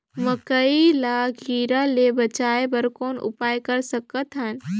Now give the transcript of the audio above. मकई ल कीड़ा ले बचाय बर कौन उपाय कर सकत हन?